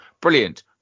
brilliant